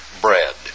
bread